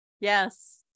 Yes